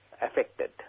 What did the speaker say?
affected